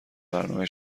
برنامه